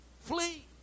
Flee